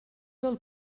del